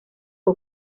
que